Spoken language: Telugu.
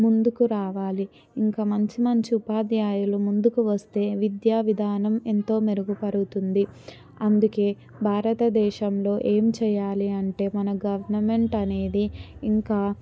ముందుకు రావాలి ఇంకా మంచి మంచి ఉపాధ్యాయులు ముందుకు వస్తే విద్యా విధానం ఎంతో మెరుగు పడుతుంది అందుకే భారతదేశంలో ఏం చేయాలి అంటే మన గవర్నమెంట్ అనేది ఇంకా